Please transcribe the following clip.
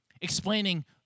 explaining